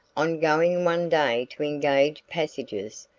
on going one day to engage passages,